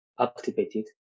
activated